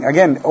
Again